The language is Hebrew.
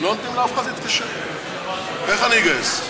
לא נותנים לאף אחד להתקשר, ואיך אני אגייס?